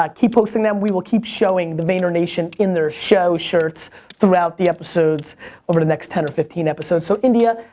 um keep posting them, we will keep showing them vayner nation in their show shirts throughout the episodes over the next ten or fifteen episodes. so india,